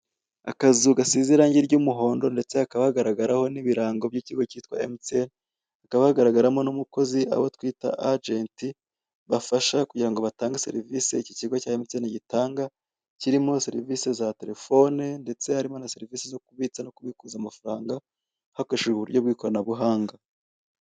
Akazu gasize irangi ry'umuhondo ndetse hakaba hagaragaraho n'ibirango by'ikigo cyitwa emutiyeni, hakaba hagaragaramo n'umukozi abo twita ajenti bafasha kugira ngo batange serivise iki kigo gitanga, kirimo serivise za telefone ndetse harimo serivise zo kubitsa no kubikuza amafaranga hakoresheje uburyo bw'ikoranabuhanga.